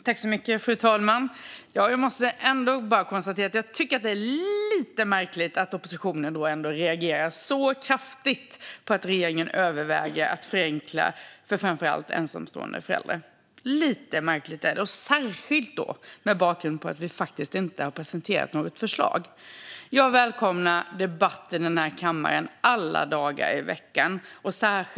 Fru talman! Jag tycker ändå att det är lite märkligt att oppositionen reagerar så kraftigt på att regeringen överväger att förenkla för framför allt ensamstående föräldrar, särskilt mot bakgrund av att vi inte har presenterat något förslag. Jag välkomnar alla dagar i veckan en debatt i denna kammare.